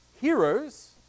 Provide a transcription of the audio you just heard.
heroes